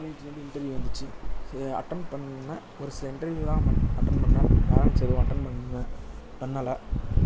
காலேஜ்லேருந்து இன்டர்வியூ வந்துச்சு சரி அட்டன் பண்ணேன் ஒரு சில இன்டர்வியூலாம் அட்டன் பண்ணேன் சரி அட்டன் பண்ணேன் பண்ணலை